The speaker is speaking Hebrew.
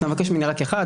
אתה מבקש ממני רק אחד,